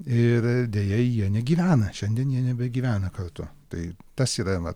ir deja jie negyvena šiandien jie nebegyvena kartu tai tas yra